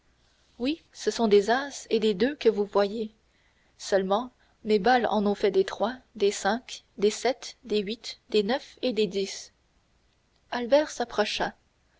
oui ce sont des as et des deux que vous voyez seulement mes balles en ont fait des trois des cinq des sept des huit des neuf et des dix albert s'approcha